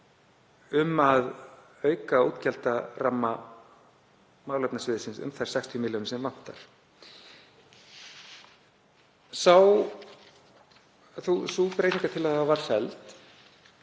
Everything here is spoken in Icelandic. um að auka útgjaldaramma málefnasviðsins um þær 60 milljónir sem vantar. Sú breytingartillaga var